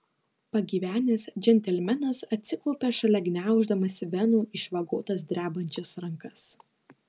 pagyvenęs džentelmenas atsiklaupė šalia gniauždamas venų išvagotas drebančias rankas